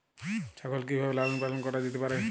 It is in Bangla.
ছাগল কি ভাবে লালন পালন করা যেতে পারে?